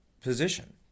position